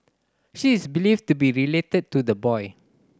she is believed to be related to the boy